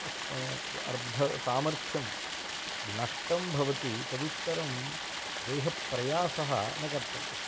अस्य सत्त्वम् अर्धसामर्थ्यं नष्टं भवति तदुत्तरं देहप्रयासः न कर्तव्यः